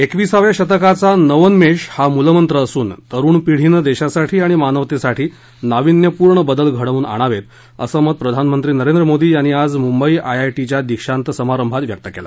एकविसाव्या शतकाचा नवोन्मेष हा मूलमंत्र असून तरुण पीढीनं देशासाठी आणि मानवतेसाठी नाविन्यपूर्ण बदल घडवून आणावेत असं मत प्रधानमंत्री नरेंद्र मोदी यांनी आज मुंबई आयआयटीच्या दीक्षांत समारंभात व्यक्त केलं